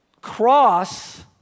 cross